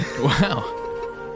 Wow